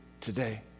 today